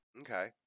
Okay